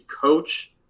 coach